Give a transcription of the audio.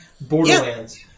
Borderlands